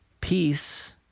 peace